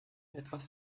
etwas